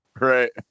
Right